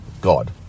God